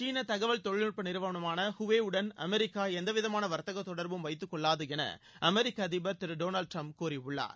சீன தகவல் தொழில்நுட்ப நிறுவனமான ஹுவேவுடன் அமெரிக்கா எந்தவிதமான வர்த்தக தொடர்பும் வைத்துக்கொள்ளாது என அமெரிக்க அதிபர் திரு டொனால்டு டிரம்ப் கூறியுள்ளார்